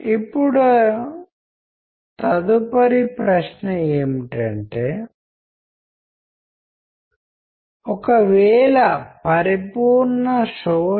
ఇప్పుడు మీరు దానిని సందర్భోచితంగా చెప్పకపోతే హైకు ఏమి చేయాలో మీకు అర్థం కాకపోతే కవిత యొక్క అర్థం అస్పష్టంగా ఉంటుంది